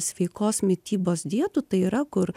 sveikos mitybos dietų tai yra kur